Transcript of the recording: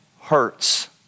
hurts